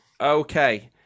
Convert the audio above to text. okay